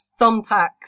thumbtacks